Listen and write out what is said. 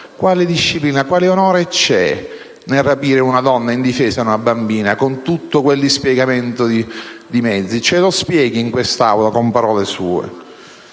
quale disciplina, quale onore c'è nel rapire una donna indifesa e una bambina con tutto quel dispiegamento di mezzi. Ce lo spieghi in quest'Aula con parole sue.